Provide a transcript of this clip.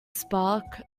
spark